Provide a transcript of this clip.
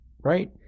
right